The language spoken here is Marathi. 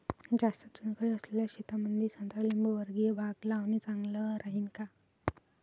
जास्त चुनखडी असलेल्या शेतामंदी संत्रा लिंबूवर्गीय बाग लावणे चांगलं राहिन का?